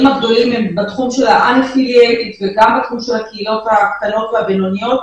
הגדולים הם בתחום של ה-affiliated וגם בתחום של הקהילות הקטנות והבינוניות.